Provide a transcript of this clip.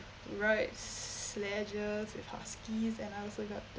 ride sledges with huskies and I also got